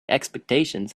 expectations